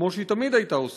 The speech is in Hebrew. כמו שהיא תמיד הייתה עושה,